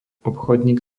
obchodník